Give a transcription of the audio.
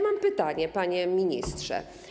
Mam pytanie, panie ministrze.